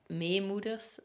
meemoeders